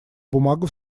бумагу